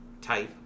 type